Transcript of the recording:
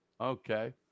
Okay